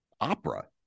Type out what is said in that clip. opera